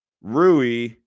Rui